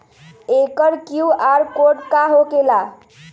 एकर QR code का होकेला?